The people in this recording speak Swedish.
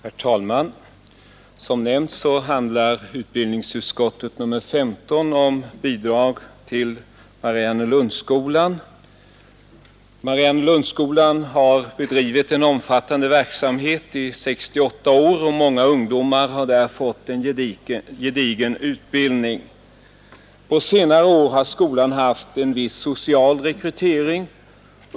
Herr talman! Som nämnts handlar utbildningsutskottets betänkande nr 15 om bidrag till Mariannelundsskolan. Mariannelundsskolan har bedrivit en omfattande verksamhet i 68 år, och många ungdomar har där fått en gedigen utbildning. På senare år har skolan haft en viss social rekrytering.